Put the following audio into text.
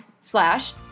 slash